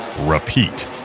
repeat